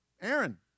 Aaron